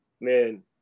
man